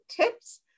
tips